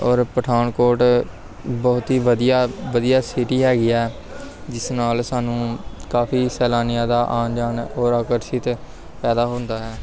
ਔਰ ਪਠਾਨਕੋਟ ਬਹੁਤ ਹੀ ਵਧੀਆ ਵਧੀਆ ਸਿਟੀ ਹੈਗੀ ਹੈ ਜਿਸ ਨਾਲ ਸਾਨੂੰ ਕਾਫੀ ਸੈਲਾਨੀਆਂ ਦਾ ਆਉਣ ਜਾਣ ਔਰ ਆਕਰਸ਼ਿਤ ਪੈਦਾ ਹੁੰਦਾ ਹੈ